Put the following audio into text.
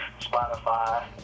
Spotify